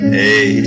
hey